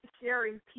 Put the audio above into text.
sharing